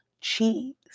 cheese